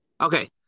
Okay